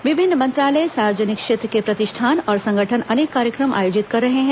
विभिन्न मंत्रालय सार्वजनिक क्षेत्र के प्रतिष्ठान और संगठन अनेक कार्यक्रम आयोजित कर रहे हैं